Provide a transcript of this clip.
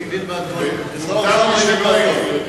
אם אינני טועה,